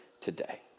today